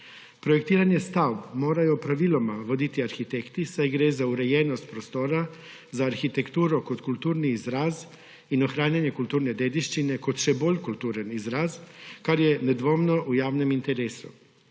Projektiranje stavb morajo praviloma voditi arhitekti, saj gre za urejenost prostora, za arhitekturo kot kulturni izraz in ohranjanje kulturne dediščine kot še bolj kulturnega izraza, kar je nedvomno v javnem interesu.